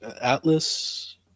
Atlas